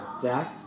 Zach